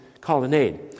colonnade